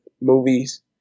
movies